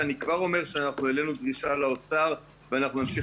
אני כבר אומר שאנחנו העלינו דרישה לאוצר ונמשיך